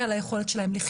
בישראל.